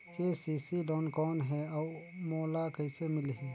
KCC loan कौन हे अउ मोला कइसे मिलही?